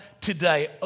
today